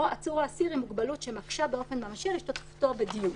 או עצור או אסיר עם מוגבלות שמקשה באופן ממשי על השתתפותו בדיון.